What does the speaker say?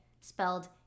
spelled